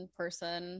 person